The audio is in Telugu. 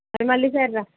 అయితే మళ్ళీ ఈసారి రా